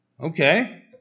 Okay